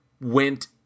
Went